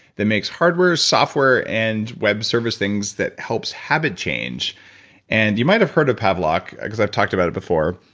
that makes hardware, software and web service things that helps habit change and you might have heard of pavlok cause i've talked about it before.